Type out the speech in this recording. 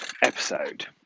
episode